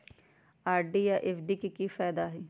RD आ FD के कि फायदा हई?